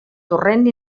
torrent